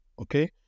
okay